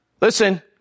Listen